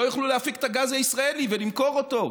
לא יוכלו להפיק את הגז הישראלי ולמכור אותו,